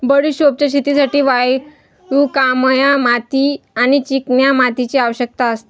बडिशोपच्या शेतीसाठी वालुकामय माती आणि चिकन्या मातीची आवश्यकता असते